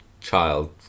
child